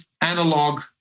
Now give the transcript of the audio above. analog